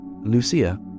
Lucia